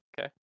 Okay